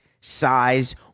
size